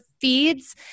feeds